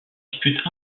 disputes